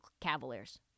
Cavaliers